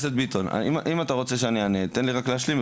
אם אתה רוצה שאני אענה תן לי להשלים,